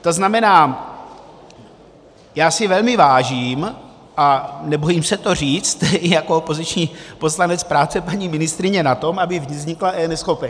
To znamená, já si velmi vážím, a nebojím se to říct, i jako opoziční poslanec práce paní ministryně na tom, aby vznikla eNeschopenka.